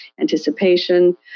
anticipation